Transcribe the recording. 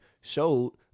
Showed